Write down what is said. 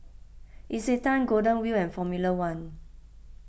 Isetan Golden Wheel and formula one